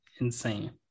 insane